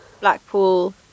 Blackpool